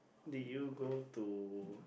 did you go to